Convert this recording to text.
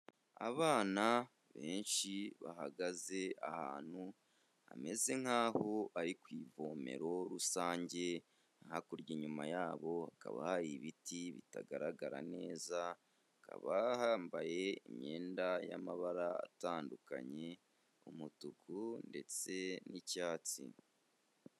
Abana benshi bahagaze ahantu hameze nk'aho ari ku ivomero rusange, hakurya inyuma yabo hakaba hari ibiti bitagaragara neza, hakaba hambaye imyenda y'amabara atandukanye umutuku ndetse n'icyatsi.